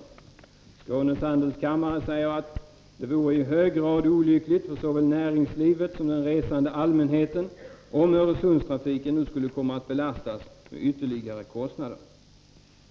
Enligt Skånes handelskammares mening ”vore det i hög grad olyckligt för såväl näringslivet som den resande allmänheten om Öresundstrafiken nu skulle komma att belastas med ytterligare kostnader”.